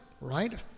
right